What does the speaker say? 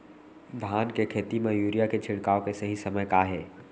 धान के खेती मा यूरिया के छिड़काओ के सही समय का हे?